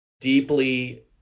deeply